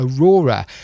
Aurora